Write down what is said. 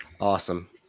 Awesome